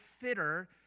fitter